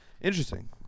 Interesting